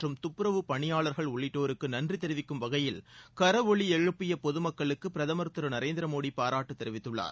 மற்றம் துப்பரவு பணியாளர்கள் உள்ளிட்டோருக்கு நன்றி தெரிவிக்கும் வகையில் கரஒலி எழுப்பிய பொதுமக்களுக்கு பிரதமர் திரு நரேந்திர மோடி பாராட்டு தெரிவித்துள்ளார்